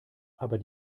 aber